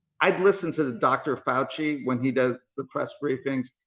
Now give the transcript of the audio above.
i've listened to the dr. fauci when he does the press briefings.